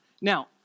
Now